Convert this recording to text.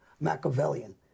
Machiavellian